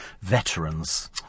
Veterans